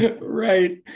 Right